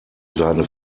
seine